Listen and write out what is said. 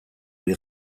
hil